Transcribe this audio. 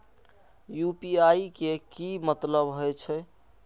UPI के की मतलब हे छे?